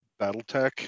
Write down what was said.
Battletech